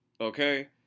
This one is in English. okay